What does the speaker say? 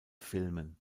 filmen